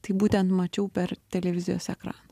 tai būtent mačiau per televizijos ekraną